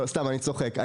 סתם, אני צוחק.